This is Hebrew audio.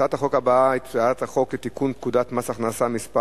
הצעת החוק הבאה היא הצעת חוק לתיקון פקודת מס הכנסה (מס'